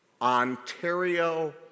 Ontario